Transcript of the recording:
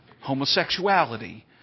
homosexuality